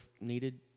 needed